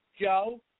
Joe